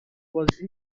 was